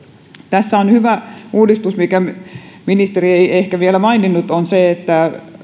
tässä on hyvä uudistus se mitä ministeri ei ehkä vielä maininnut on se että